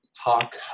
talk